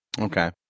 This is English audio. Okay